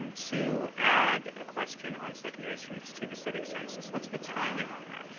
um to add a question on secondary suites to the civic census, what's the timing on that?